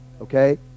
Okay